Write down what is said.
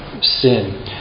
sin